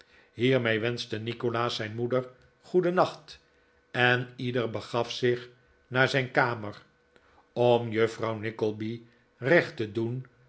hiermee wenschte nikolaas zijn moeder goedennacht en ieder begaf zich naar zijn earner om juffrouw nickleby recht te doen